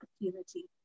opportunity